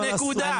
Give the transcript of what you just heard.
נקודה.